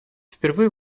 впервые